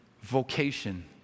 vocation